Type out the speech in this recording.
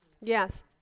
Yes